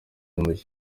umukinnyi